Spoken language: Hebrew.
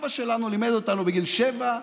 אבא שלנו לימד אותנו בגיל שבע: